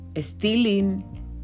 stealing